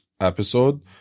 episode